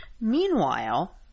meanwhile